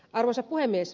arvoisa puhemies